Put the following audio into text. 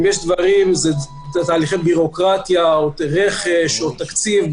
אם יש דברים אלה תהליכי בירוקרטיה או רכש או תקציב,